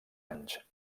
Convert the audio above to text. anys